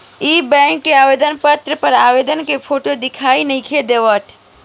इ बैक के आवेदन पत्र पर आवेदक के फोटो दिखाई नइखे देत